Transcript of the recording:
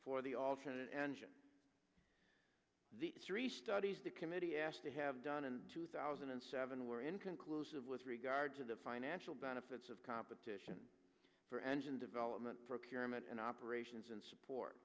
for the alternate engine the three studies the committee asked to have done in two thousand and seven were inconclusive with regard to the financial benefits of competition for engine development procurement and operations and support